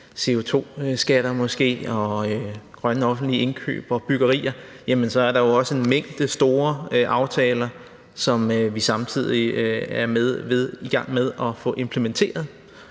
CO2-skatter og grønne offentlige indkøb og byggerier, så er der en mængde store aftaler, som vi samtidig er i gang med at få implementeret.